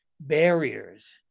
barriers